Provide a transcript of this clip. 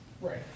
right